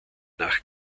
nach